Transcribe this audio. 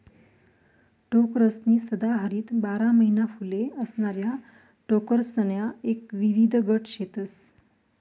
टोकरसनी सदाहरित बारा महिना फुले असणाऱ्या टोकरसण्या एक विविध गट शेतस